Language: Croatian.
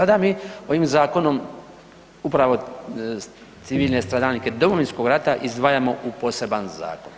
Sada bi ovim zakonom upravo civilne stadalnike Domovinskog rata izdvajamo u poseban zakon.